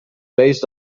based